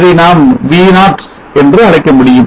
இதை நாம் V0 என்று அழைக்க முடியும்